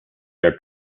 bear